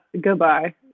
goodbye